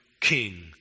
king